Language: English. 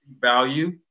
value